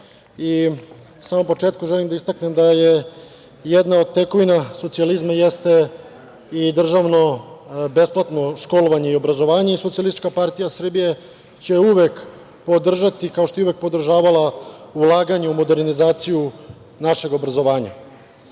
samom početku želim da istaknem da jedna od tekovina socijalizma jeste i državno besplatno školovanje i obrazovanje. Socijalistička partije Srbije će uvek podržati, kao što je uvek podržavala, ulaganje u modernizaciju našeg obrazovanja.U